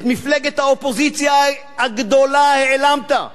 את מפלגת האופוזיציה הגדולה העלמת,